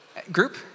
group